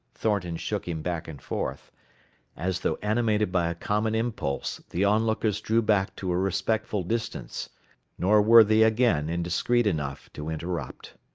thornton shook him back and forth as though animated by a common impulse, the onlookers drew back to a respectful distance nor were they again indiscreet enough to interrupt.